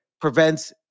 prevents